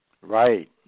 Right